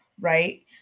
right